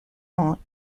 ans